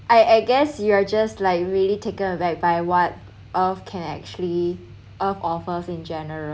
I I guess you are just like really taken aback by what earth can actually earth offers in general